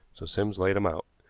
so sims laid him out.